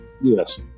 Yes